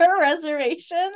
reservation